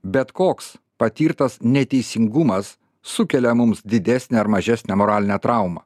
bet koks patirtas neteisingumas sukelia mums didesnę ar mažesnę moralinę traumą